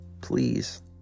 please